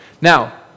Now